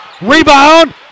rebound